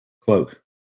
Cloak